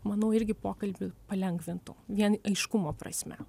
manau irgi pokalbį palengvintų vien aiškumo prasme